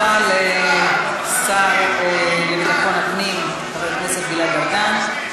תודה רבה לשר לביטחון הפנים חבר הכנסת גלעד ארדן.